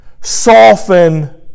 soften